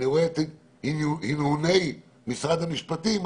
אני רואה את הנהוני משרד המשפטים,